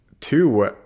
two